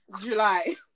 July